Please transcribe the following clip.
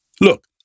Look